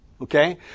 Okay